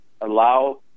allow